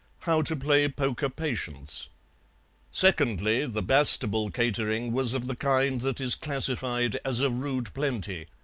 how to play poker-patience secondly, the bastable catering was of the kind that is classified as a rude plenty,